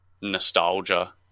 nostalgia